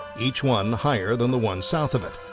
each one higher than the one south of it.